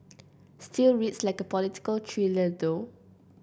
still reads like a political thriller though